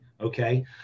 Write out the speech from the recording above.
okay